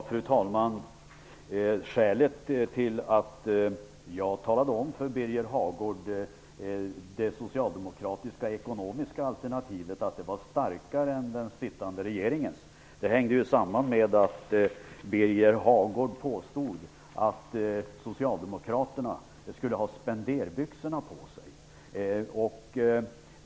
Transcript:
Fru talman! Skälet till att jag talade om för Birger Hagård att det socialdemokratiska ekonomiska alternativet var starkare än den nuvarande regeringens var att Birger Hagård påstod att socialdemokraterna skulle har spenderbyxorna på sig.